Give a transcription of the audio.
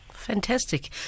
Fantastic